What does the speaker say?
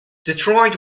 detroit